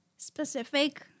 specific